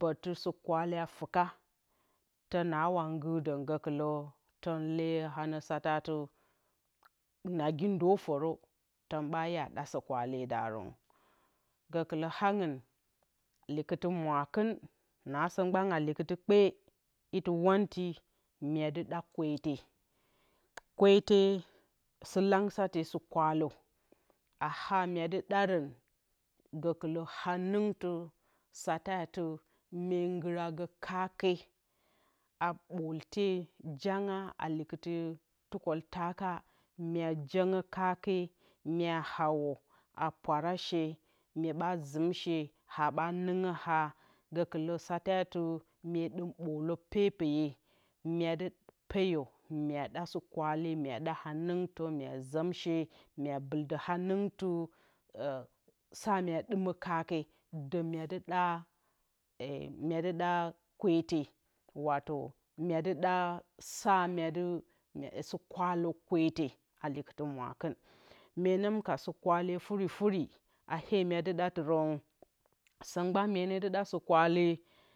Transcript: ɓǝtɨ sɨkwale a fuka tɨ naawa ngurdǝ gǝkɨlǝ tǝn leyǝ kasatat nagi ndǝ fǝrǝtǝ dɨ ɗa sikwalenɓa ɗa sɨkwaledarǝn gǝkɨlǝ angɨn likɨtɨ mwakɨn naasǝ mgban a likɨtɨ kpe itɨ wanti myedɨ ɗa kwete. kwete sɨlangsɨti sɨkwalǝ a haa myedɨ ɗarǝn dǝ gǝlu hanɨngtɨ sate dɨ mye nguragǝ kake a ɓoolte janga a lɨkɨtɨ tukǝltaka mye jǝngǝ kake mye hauwǝ a pwarashe myeɓa sɨmshe haaɓa nɨngǝ ha gǝkɨlǝ satetɨ mye ɗɨm ɓoolǝ pepeye myedɨ peyǝ myeɗa sɨkwale myeɗa hanɨngtǝ myejikshe mye bɨldǝ hanɨngtɨ sa mye ɗimǝ kake dǝ myedɨ ɗa kwete watǝ myedɨ ɗa saasɨkwalǝ kwete likɨtɨ mwakɨn menǝm ka sɨkwale furfuri a hee myedǝ ɗatɨrǝn simbwan myenǝ deka sɨkwale